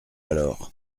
alors